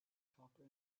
copper